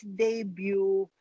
debut